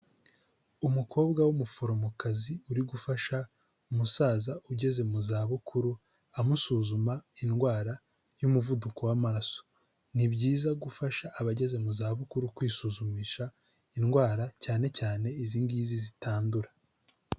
Umukobwa w'umuforomokazi uri gufasha umusaza ugeze mu za bukuru, amusuzuma indwara y'umuvuduko w'amaraso. Ni byiza gufasha abageze mu za bukuru kwisuzumisha indwara, cyane cyane izi ngizi zitandura.